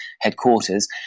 headquarters